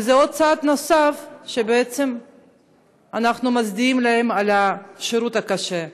וזה צעד נוסף שבו בעצם אנחנו מצדיעים להם על השירות הקשה.